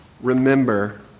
remember